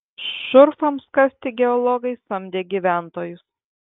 šurfams kasti geologai samdė gyventojus